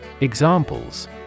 Examples